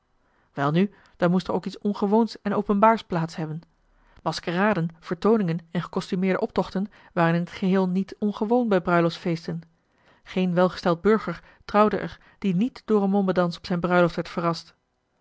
welnu dan moest er ook iets ongewoons en openbaars plaats hebben maskeraden vertooningen en gecostumeerde optochten waren in t geheel niet ongewoon bij bruiloftsfeesten geen welgesteld burger trouwde er die niet door een mommedans op zijn bruiloft werd verrast